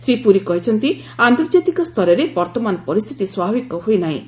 ଶ୍ରୀ ପୁରୀ କହିଛନ୍ତି ଆନ୍ତର୍ଜାତିକ ସ୍ତରରେ ବର୍ତ୍ତମାନ ପରିସ୍ଥିତି ସ୍ୱାଭାବିକ ହୋଇନାହିଁ